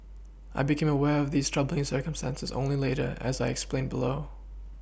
I became aware of these troubling circumstances only later as I explain below